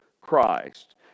Christ